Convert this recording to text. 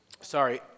Sorry